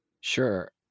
Sure